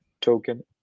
token